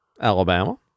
Alabama